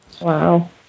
Wow